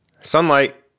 Sunlight